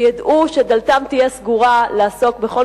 שידעו שהדלת תהיה סגורה בפניהם לעסוק בכל